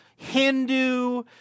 Hindu